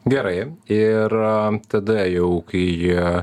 gerai ir tada jau kai jie